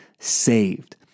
saved